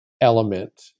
element